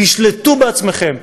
תשלטו בעצמכם.